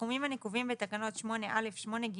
הסכומים הנקובים בתקנות 8א, 8ג